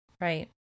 Right